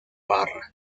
barra